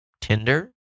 Tinder